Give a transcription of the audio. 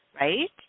right